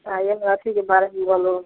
अइ ये मे अथि के बारमे युवा लोग